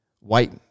white